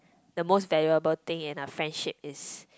the most valuable thing in a friendship is